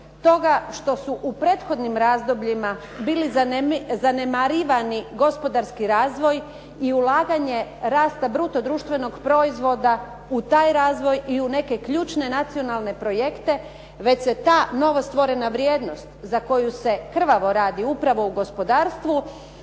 toga što su u prethodnim razdobljima bili zanemarivani gospodarski razvoj i ulaganje rasta bruto društvenog proizvoda u taj razvoj i u neke ključne nacionalne projekte već se ta novostvorena vrijednost za koju se krvavo radi upravo u gospodarstvu